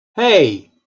hey